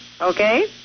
Okay